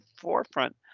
forefront